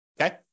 okay